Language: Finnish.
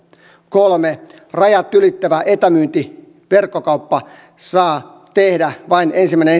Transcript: kolme rajat ylittävää etämyyntiä verkkokauppa saa tehdä vain ensimmäinen